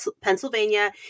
Pennsylvania